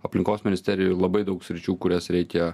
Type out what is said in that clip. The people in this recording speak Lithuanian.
aplinkos ministerijoj labai daug sričių kurias reikia